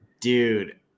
Dude